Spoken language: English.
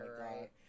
right